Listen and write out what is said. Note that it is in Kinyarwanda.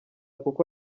kuko